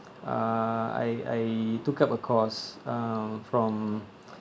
uh I I took up a course uh from